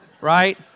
Right